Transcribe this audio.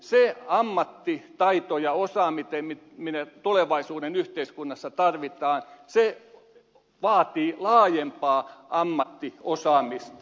se ammattitaito ja osaaminen mitä tulevaisuuden yhteiskunnassa tarvitaan vaatii laajempaa ammattiosaamista